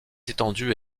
étendue